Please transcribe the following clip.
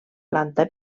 planta